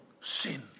sin